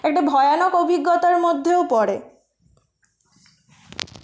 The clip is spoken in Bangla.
একটা ভয়ানক অভিজ্ঞতার মধ্যেও পড়ে